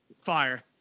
Fire